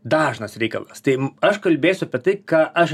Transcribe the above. dažnas reikalas taip aš kalbėsiu apie tai ką aš